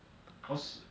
cause